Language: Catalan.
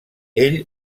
ell